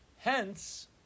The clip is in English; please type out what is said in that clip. Hence